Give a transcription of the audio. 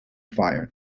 fire